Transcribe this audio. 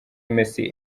messi